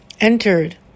entered